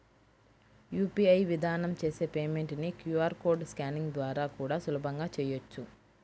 UPI విధానం చేసే payment ని క్యూ.ఆర్ కోడ్ స్కానింగ్ ద్వారా కూడా సులభంగా చెయ్యొచ్చు